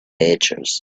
features